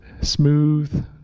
smooth